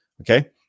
okay